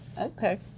Okay